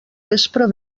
vespre